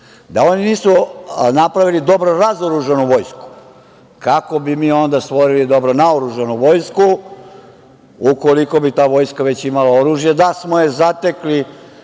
Da oni nisu napravili dobro razoružanu Vojsku kako bi mi onda stvorili dobro naoružanu Vojsku, ukoliko bi ta Vojska već imala oružje, da smo je zatekli